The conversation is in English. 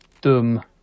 dum